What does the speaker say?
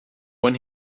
when